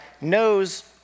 knows